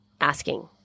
asking